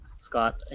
Scott